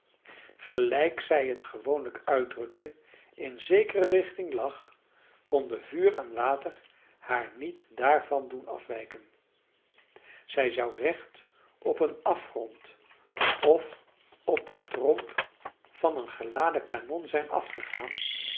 gelijk zij het gewoonlijk uitdrukte in zekere richting lag konden vuur en water haar niet daarvan doen afwijken zij zou recht op een afgrond of op de tromp van een geladen kanon zijn afgegaan